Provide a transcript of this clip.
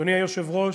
אדוני היושב-ראש,